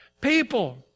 people